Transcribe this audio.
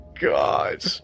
God